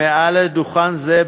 מעל דוכן זה,